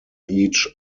each